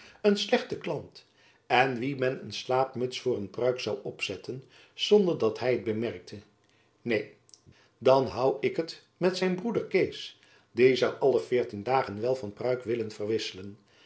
een slechten klant en wien men een slaapmuts voor een pruik zoû opzetten zonder dat hy t bemerkte neen dan hoû ik het met zijn broeder kees die zoû alle veertien dagen wel van pruik willen verwisselen